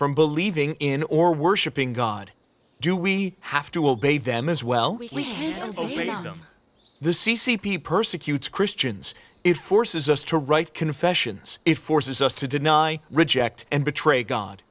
from believing in or worshipping god do we have to obey them as well we hate them the c c p persecutes christians it forces us to write confessions it forces us to deny reject and betray god